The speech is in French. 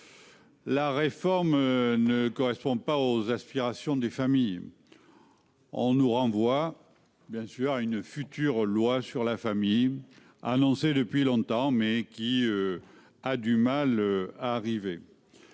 proposée ne correspond pas aux aspirations des familles. On nous renvoie à une future loi sur la famille, annoncée depuis longtemps, mais qui a du mal à arriver.